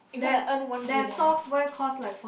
you got to earn one million